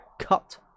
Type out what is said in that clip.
cut